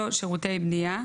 שירותי בנייה,